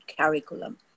curriculum